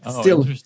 still-